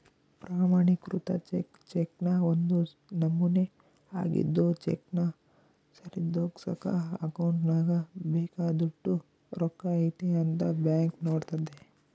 ಪ್ರಮಾಣಿಕೃತ ಚೆಕ್ ಚೆಕ್ನ ಒಂದು ನಮೂನೆ ಆಗಿದ್ದು ಚೆಕ್ನ ಸರಿದೂಗ್ಸಕ ಅಕೌಂಟ್ನಾಗ ಬೇಕಾದೋಟು ರೊಕ್ಕ ಐತೆ ಅಂತ ಬ್ಯಾಂಕ್ ನೋಡ್ತತೆ